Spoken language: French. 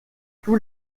tous